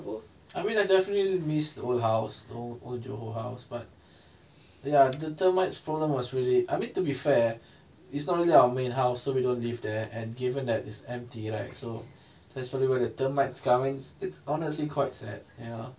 well I mean I definitely miss the old house the old old johor house but there are the termites problem was really I mean to be fair it's not really our main house so we don't live there and given that it's empty right so that's why there are termites come and it's honestly quite sad ya